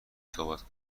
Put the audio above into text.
صحبت